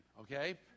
okay